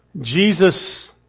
Jesus